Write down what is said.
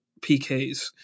PKs